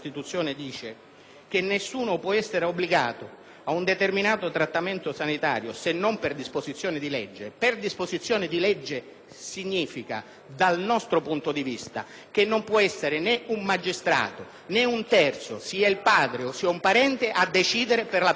che "Nessuno può essere obbligato a un determinato trattamento sanitario se non per disposizione di legge", "per disposizione di legge" significa, dal nostro punto di vista, che non può essere né un magistrato, né un terzo (sia il padre o sia un parente) a decidere per la persona malata.